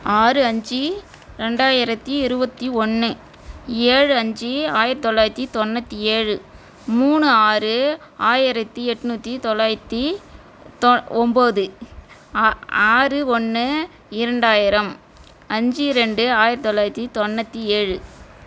ஆறு அஞ்சு ரெண்டாயிரத்தி இருபத்தி ஒன்று ஏழு அஞ்சு ஆயிரத்தி தொள்ளாயிரத்தி தொண்ணூற்றி ஏழு மூணு ஆறு ஆயிரத்தி எட்நூற்றி தொள்ளாயிரத்தி தொ ஒம்பது ஆறு ஒன்று இரண்டாயிரம் அஞ்சு ரெண்டு ஆயிரத்தி தொள்ளாயிரத்தி தொண்ணூற்றி ஏழு